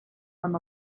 them